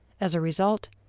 as a result,